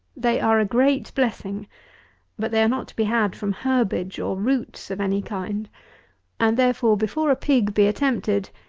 they are a great blessing but they are not to be had from herbage or roots of any kind and, therefore, before a pig be attempted,